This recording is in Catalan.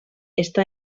està